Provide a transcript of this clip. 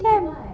kan